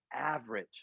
average